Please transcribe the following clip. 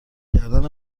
کردن